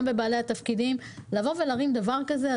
גם בבעלי התפקידים להרים דבר כזה.